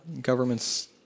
governments